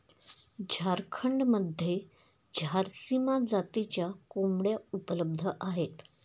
झारखंडमध्ये झारसीम जातीच्या कोंबड्या उपलब्ध आहेत